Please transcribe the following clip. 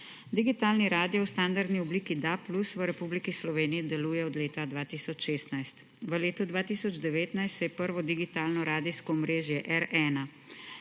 Digitalni radio v standardni obliki DAB+ v Republiki Sloveniji deluje od leta 2016. V letu 2019 se je prvo digitalno radijsko omrežje R1,